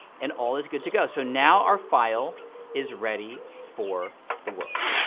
and all is good to go. so now our file is ready for the world.